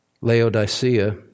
Laodicea